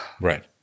Right